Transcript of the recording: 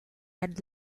had